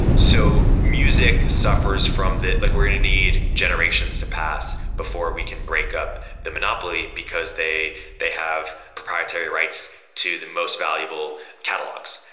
so music suffers from like we're going to need generations to pass before we can break up the monopoly, because they they have proprietary rights to the most valuable catalogs.